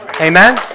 amen